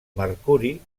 mercuri